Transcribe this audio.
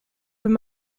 wenn